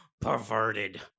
perverted